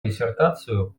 диссертацию